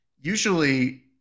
Usually